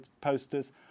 posters